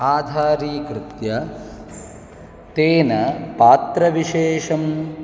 आधारीकृत्य तेन पात्रविशेषं